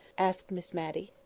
asked miss matty.